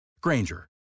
Granger